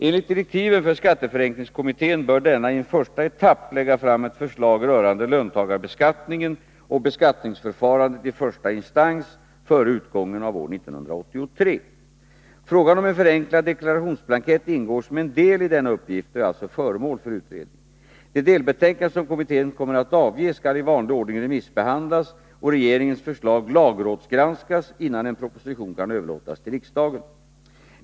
Enligt direktiven för skatteförenklingskommittén bör denna i en första etapp lägga fram ett förslag rörande löntagarbeskattningen och beskattningsförfarandet i första instans före utgången av år 1983. Frågan om en förenklad deklarationsblankett ingår som en del i denna uppgift och är alltså föremål för utredning. Det delbetänkande som kommittén kommer att avge skall i vanlig ordning remissbehandlas och regeringens förslag lagrådsgranskas, innan en proposition kan överlämnas till riksdagen.